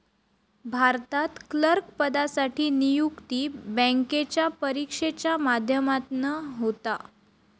भारतात क्लर्क पदासाठी नियुक्ती बॅन्केच्या परिक्षेच्या माध्यमातना होता